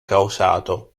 causato